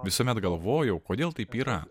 visuomet galvojau kodėl taip yra